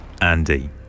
andy